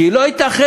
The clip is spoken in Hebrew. כי לא ייתכן,